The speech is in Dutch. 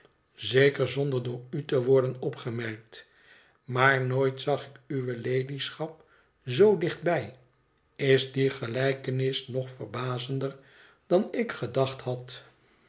zeker zonder door u te worden opgemerkt maar nooit zag ik uwe ladyschap zoo dichtbij is die gelijkenis nog verbazender dan ik gedacht had